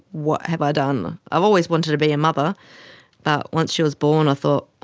what have i done. i've always wanted to be a mother but once she was born i thought,